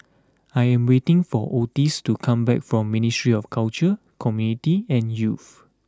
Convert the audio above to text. I am waiting for Otis to come back from Ministry of Culture Community and Youth